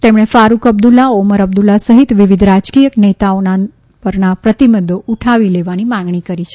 તેમણે ફારૂક અબ્દુલ્લા ઓમર અબ્દુલ્લા સહિત વિવિધ રાજકીય નેતાઓના પરના પ્રતિબંધો ઉઠાવી લેવાની માંગણી કરી છે